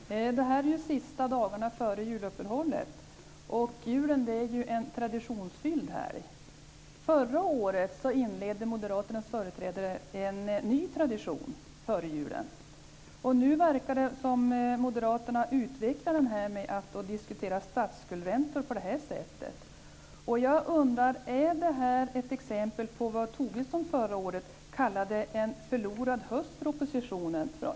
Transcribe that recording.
Fru talman! Det här är ju sista dagarna före juluppehållet, och julen är ju en traditionsfylld helg. Förra året inledde moderaternas företrädare en ny tradition före julen. Nu verkar det som om moderaterna utvecklar den med att diskutera statsskuldsräntor på det här sättet. Jag undrar: Är det här ett exempel på det Lars Tobisson förra året kallade en förlorad höst för oppositionen?